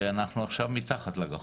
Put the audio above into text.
ואנחנו עכשיו מתחת לגחון.